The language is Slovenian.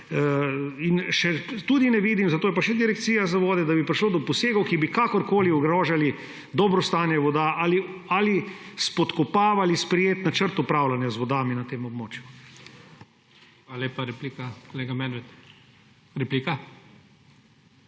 in tudi ne vidim, ker je tu še Direkcija za vode, da bi prišlo do posegov, ki bi kakorkoli ogrožali dobro stanje voda ali spodkopavali sprejeti načrt upravljanja z vodami na tem območju. **PREDSEDNIK IGOR ZORČIČ:** Hvala lepa. Replika, kolega Medved. Replika?